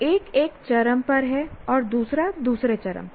एक एक चरम पर है और दूसरा दूसरे चरम पर